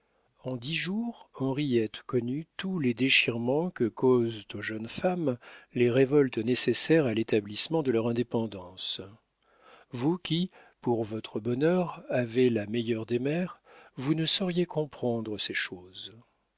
en dix jours henriette connut tous les déchirements que causent aux jeunes femmes les révoltes nécessaires à l'établissement de leur indépendance vous qui pour votre bonheur avez la meilleure des mères vous ne sauriez comprendre ces choses